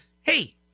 hey